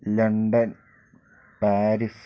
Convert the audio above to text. London Paris